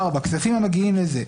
(4) - כספים המגיעים לזה.